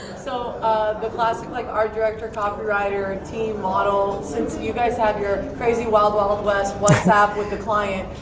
so the classic like art director, copywriter, team model, since you guys have your crazy, wild, wild west, what's up with the client,